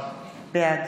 בעד